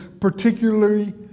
particularly